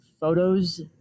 Photos